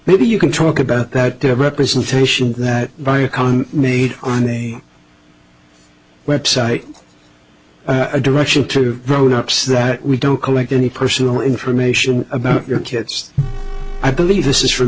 maybe you can talk about that their representation that biocon made on a website direction to the grown ups that we don't collect any personal information about your kids i believe this is from